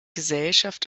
gesellschaft